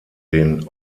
den